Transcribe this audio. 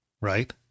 Right